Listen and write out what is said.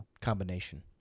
combination